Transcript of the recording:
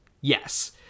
yes